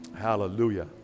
Hallelujah